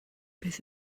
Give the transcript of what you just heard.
beth